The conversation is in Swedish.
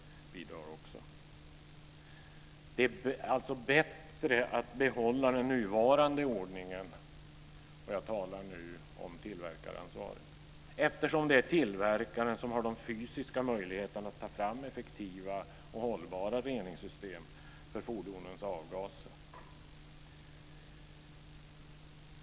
Det är vad gäller tillverkaransvaret bäst att behålla den nuvarande ordningen, eftersom det är tillverkaren som har de fysiska möjligheterna att ta fram effektiva och hållbara reningssystem för fordonens avgaser.